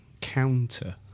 counter